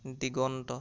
দিগন্ত